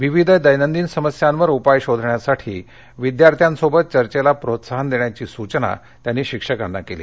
विविध दैनदिन समस्यांवर उपाय शोधण्यासाठी विद्यार्थ्यांसोबत चर्चेला प्रोत्साहन देण्याची सूचना त्यांनी या शिक्षकांना केली